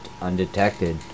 undetected